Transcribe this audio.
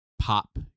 pop